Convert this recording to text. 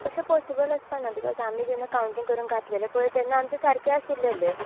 तशें पोसिबल आसा न्हू बिकाॅज आमी जेन्ना कावन्टिंग करून घातलेलें पय तेन्ना आमचें सारकें आशिल्लें